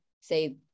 say